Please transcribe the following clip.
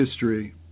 history